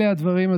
אלו הדברים,